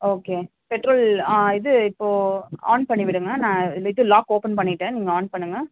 okay petrol ஆ இது இப்போது ஆன் பண்ணி விடுங்கள் நான் இது லாக் ஓப்பன் பண்ணிட்டேன் நீங்கள் ஆன் பண்ணுங்கள்